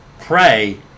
pray